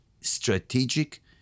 strategic